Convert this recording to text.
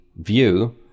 view